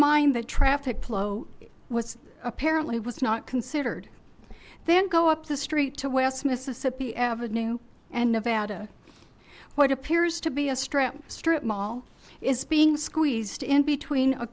mind the traffic flow was apparently was not considered then go up the street to west mississippi avenue and nevada what appears to be a strip strip mall is being squeezed in between a